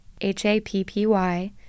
H-A-P-P-Y